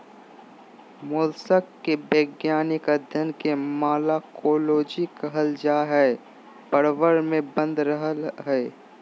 mollusc के वैज्ञानिक अध्यन के मालाकोलोजी कहल जा हई, प्रवर में बंद रहअ हई